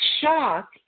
Shock